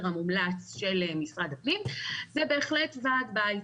המומלץ של משרד הפנים זה בהחלט ועד בית.